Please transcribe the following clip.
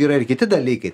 yra ir kiti dalykai tai